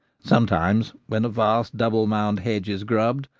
sometimes when a vast double-mound hedge is grubbed,